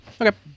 Okay